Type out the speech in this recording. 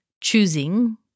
choosing